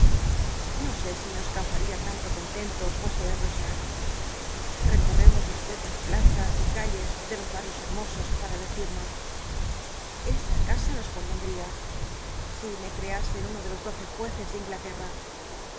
i'io sé si nos causaria tnnto contento poscedos p rccorremos despues las plazas y calle de los banios hermosos para dccil'llos esta asa nos convendría si me creasen uno de los doce jueces de inglaterta